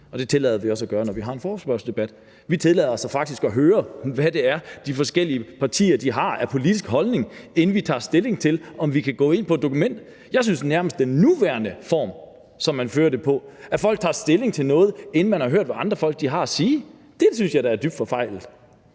og det tillader vi os at gøre, når vi har en forespørgselsdebat. Vi tillader os faktisk at høre, hvad det er, de forskellige partier har af politiske holdninger, inden vi tager stilling til, om vi kan gå ind for det, der står i et dokument. Jeg synes nærmest, at den nuværende form, som man fører det i, altså at folk tager stilling til noget, inden man har hørt, hvad andre folk har at sige, er dybt forfejlet.